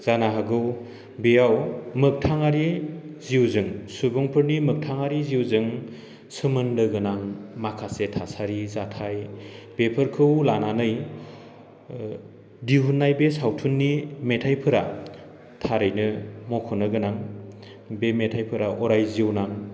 जानो हागौ बेयाव मोगथाङारि जिउजों सुबुंफोरनि मोगथाङारि जिउजों सोमोन्दो गोनां माखासे थासारि जाथाय बेफोरखौ लानानै दिहुननाय बे सावथुननि मेथायफोरा थारैनो मख'नो गोनां बे मेथायफोरा अराय जिउनां